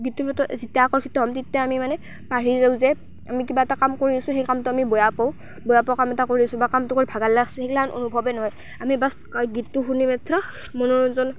গীতটোৰ যেতিয়া আকৰ্ষিত হ'ম তেতিয়া আমি মানে পাহৰি যাওঁ যে আমি কিবা এটা কাম কৰি আছো সেই কামটো আমি বেয়া পাওঁ বেয়া পোৱা কাম এটা কৰি আছো বা কামটো কৰি ভাগৰ লাগিছে সেইবিলাক অনুভৱেই নহয় আমি বাচ গীতটো শুনি মাত্ৰ মনোৰঞ্জন